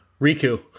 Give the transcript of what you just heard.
Riku